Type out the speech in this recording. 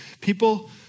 people